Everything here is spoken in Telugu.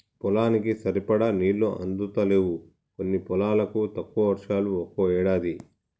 పొలానికి సరిపడా నీళ్లు అందుతలేవు కొన్ని పొలాలకు, తక్కువ వర్షాలు ఒక్కో ఏడాది